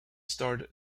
started